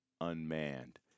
unmanned